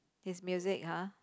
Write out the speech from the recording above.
his music [huh]